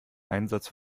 einsatz